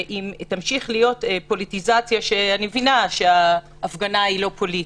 אם תמשיך להיות פוליטיזציה אני מבינה שההפגנה היא לא פוליטית,